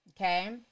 Okay